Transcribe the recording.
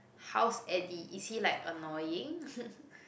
how's Eddie is he like annoying